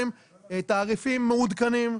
תעריפים מעודכנים,